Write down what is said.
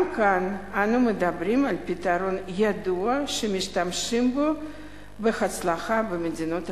גם כאן אנו מדברים על פתרון ידוע שמשתמשים בו בהצלחה במדינות רבות.